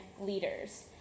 leaders